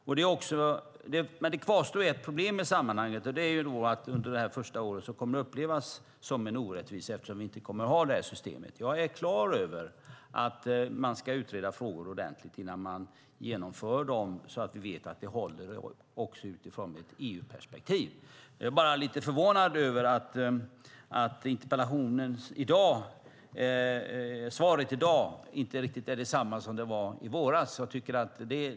Men det kvarstår ett problem i sammanhanget, och det är att det under det första året kommer att upplevas som en orättvisa eftersom vi inte kommer att ha det här systemet. Jag är klar över att man ska utreda frågor ordentligt före ett genomförande så att vi vet att det håller också utifrån ett EU-perspektiv. Jag är bara lite förvånad över att interpellationssvaret i dag inte riktigt är detsamma som i våras.